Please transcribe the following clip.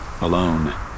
alone